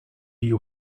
you